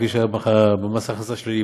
כפי שהיה במס הכנסה שלילי,